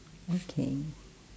okay